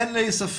אין לי ספק